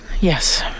Yes